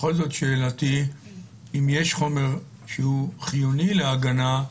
בכל זאת שאלתי היא אם יש חומר שהוא חיוני להגנה,